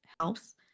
helps